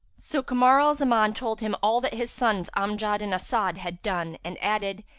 so kamar al-zaman told him all that his sons amjad and as'ad had done and added,